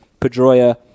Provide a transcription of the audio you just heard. Pedroia